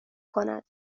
کند